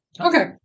Okay